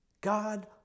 God